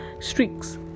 streaks